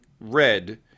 Red